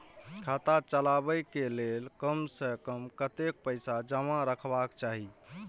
खाता चलावै कै लैल कम से कम कतेक पैसा जमा रखवा चाहि